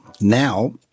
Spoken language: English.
now